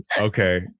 Okay